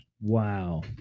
Wow